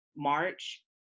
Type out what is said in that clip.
March